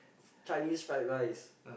Chinese fried rice